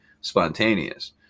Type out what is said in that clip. spontaneous